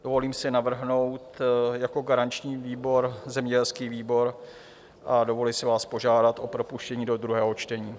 Dovolím si navrhnout jako garanční výbor zemědělský výbor a dovolím si vás požádat o propuštění do druhého čtení.